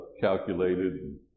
calculated